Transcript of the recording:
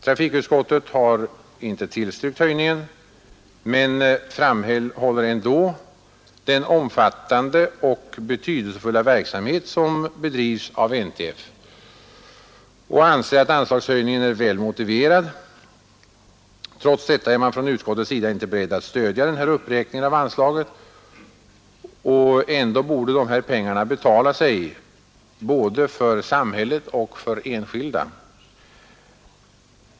Trafikutskottets majoritet har inte tillstyrkt höjningen, men framhåller ändå den omfattande och betydelsefulla verksamhet som bedrivs av NTF och anser att anslagshöjningen är väl motiverad. Trots detta är utskottsmajoriteten inte beredd att stödja den här uppräkningen av anslaget — och ändå borde ett utgivande av dessa pengar betala sig både för samhället och för enskilda.